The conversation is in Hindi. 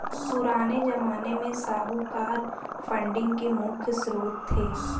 पुराने ज़माने में साहूकार फंडिंग के मुख्य श्रोत थे